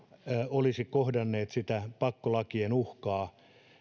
olisi kohdanneet sitä pakkolakien uhkaa